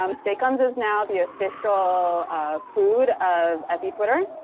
um steak-umm so is now the official food of epitwitter.